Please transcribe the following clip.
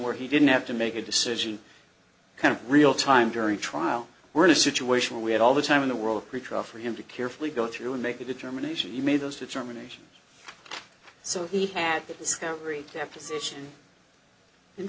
where he didn't have to make a decision kind of real time during trial we're in a situation where we had all the time in the world pretrial for him to carefully go through and make a determination he made those determinations so he had that dis